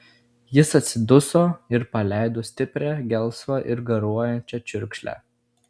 jis atsiduso ir paleido stiprią gelsvą ir garuojančią čiurkšlę